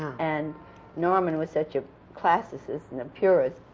and norman was such a classicist and a purist,